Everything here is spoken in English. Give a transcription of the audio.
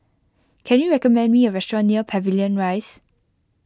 can you recommend me a restaurant near Pavilion Rise